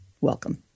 welcome